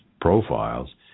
profiles